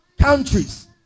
countries